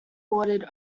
watered